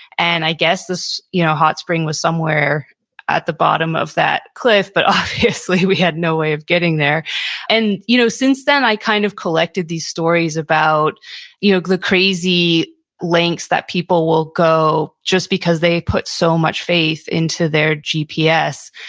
and i guess this you know hot spring was somewhere at the bottom of that cliff, but obviously, we had no way of getting there and you know since then, i kind of collected these stories about you know the crazy lengths that people will go just because they put so much faith into their gps.